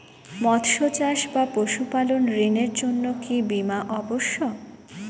মৎস্য চাষ বা পশুপালন ঋণের জন্য কি বীমা অবশ্যক?